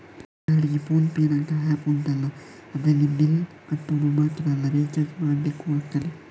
ಉದಾಹರಣೆಗೆ ಫೋನ್ ಪೇನಂತಹ ಆಪ್ ಉಂಟಲ್ಲ ಅದ್ರಲ್ಲಿ ಬಿಲ್ಲ್ ಕಟ್ಟೋದು ಮಾತ್ರ ಅಲ್ಲ ರಿಚಾರ್ಜ್ ಮಾಡ್ಲಿಕ್ಕೂ ಆಗ್ತದೆ